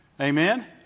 Amen